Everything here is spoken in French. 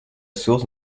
source